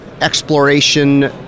exploration